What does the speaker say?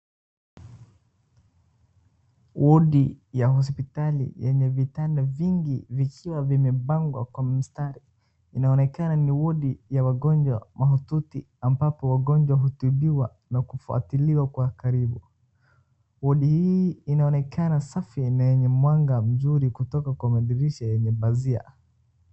Wodi ya hospitali yenye vitanda vingi vikiwa vimepangwa kwa mstari. Inaonekana ni wodi ya wagonjwa mahututi ambapo wagonjwa hutubiwa na kufuatiliwa kwa karibu. Wodi hii inaonekana safi na yenye mwanga mzuri kutoka kwa madirisha yenye bazia.